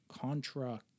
contra